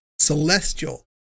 Celestial